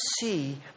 see